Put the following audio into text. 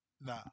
Nah